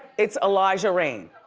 it's eliza reign.